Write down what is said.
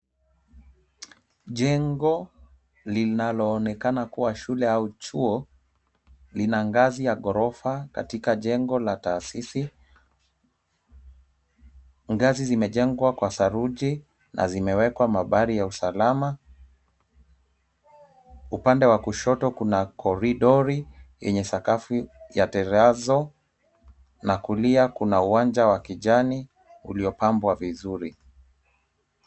Jengo linaloonekana kuwa shule au chuo. Lina ngazi ya ghorofa katika jengo la taasisi, Ngazi zimejengwa kwa saruji na zimewekwa mabari ya usalama Upande wa kushoto kuna koridori yenye sakafu ya terrazzo na kulia kuna uwanja wa kijani uliopambwa vizuri.